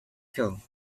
film